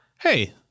Hey